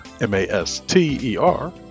M-A-S-T-E-R